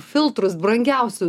filtrus brangiausiu